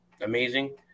amazing